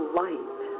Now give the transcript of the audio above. light